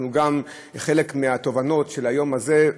כחלק מהתובנות של היום הזה,